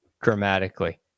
dramatically